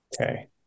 Okay